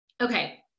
Okay